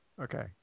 Okay